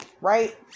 right